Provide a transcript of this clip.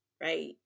right